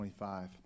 25